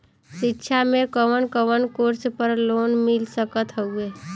शिक्षा मे कवन कवन कोर्स पर लोन मिल सकत हउवे?